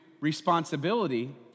responsibility